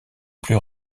plus